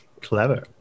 clever